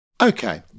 okay